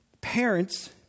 parents